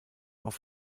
auf